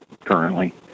currently